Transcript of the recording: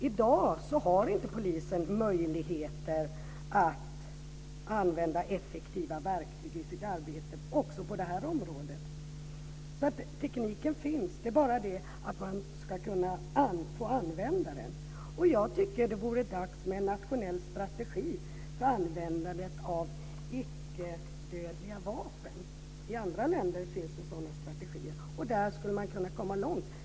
I dag har inte polisen möjligheter att använda effektiva verktyg i sitt arbete på det här området. Tekniken finns. Det är bara det att man ska kunna få använda den. Jag tycker att det vore dags med en nationell strategi för användandet av icke-dödliga vapen. I andra länder finns det sådana strategier, och man skulle kunna komma långt.